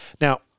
Now